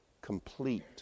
complete